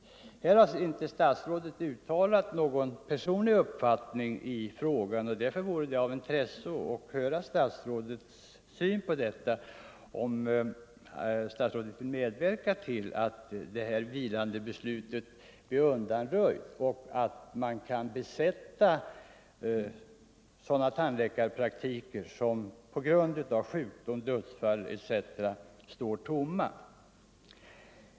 Stats — m.m. rådet har inte uttalat någon personlig uppfattning i frågan, och det vore därför av intresse att höra om statsrådet vill medverka till att vilandebeslutet blir undanröjt, så att man åter kan ta sådana tandläkarpraktiker som på grund av sjukdom, dödsfall etc. står tomma i bruk.